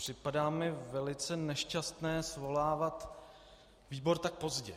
Připadá mi velice nešťastné svolávat výbor tak pozdě.